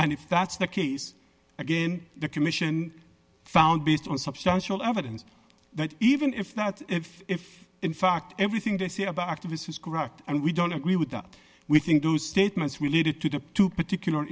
and if that's the case again the commission found based on substantial evidence that even if that if in fact everything they say about activists was correct and we don't agree with that we think those statements related to the two particular